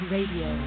Radio